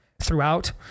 throughout